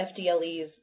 FDLEs